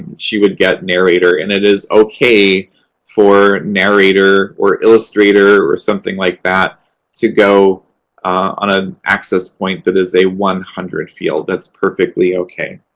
she would get narrator. and it is okay for narrator or illustrator or something like that to go on an access point that is a one hundred field. that's perfectly okay.